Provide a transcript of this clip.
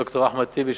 ד"ר אחמד טיבי,